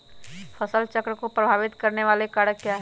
फसल चक्र को प्रभावित करने वाले कारक क्या है?